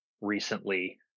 recently